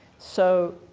so